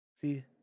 See